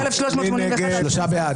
מי נמנע?